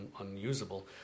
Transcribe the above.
unusable